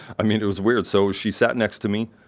i mean it was weird so she sat next to me.